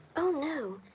oh, no.